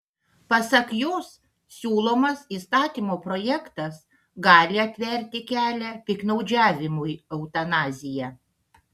pasak jos siūlomas įstatymo projektas gali atverti kelią piktnaudžiavimui eutanazija